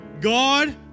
God